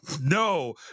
No